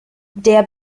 der